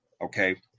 Okay